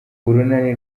urunani